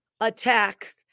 attack